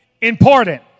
important